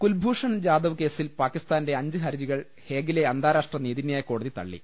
കുൽഭൂഷൺ ജാദവ് കേസിൽ പാക്കിസ്ഥാന്റെ അഞ്ച് ഹർജി കൾ ഹേഗിലെ അന്താരാഷ്ട്ര നീതിന്യായ കോടതി തള്ളി